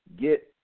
get